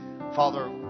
Father